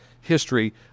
history